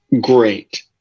great